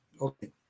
Okay